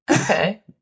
okay